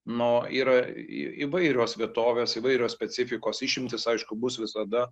no yra įvairios vietovės įvairios specifikos išimtys aišku bus visada